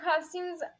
costumes